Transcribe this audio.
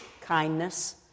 kindness